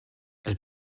elle